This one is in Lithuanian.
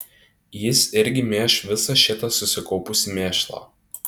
jis irgi mėš visą šitą susikaupusį mėšlą